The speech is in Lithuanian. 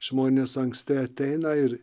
žmonės anksti ateina ir